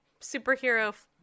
superhero